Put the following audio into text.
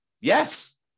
Yes